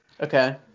Okay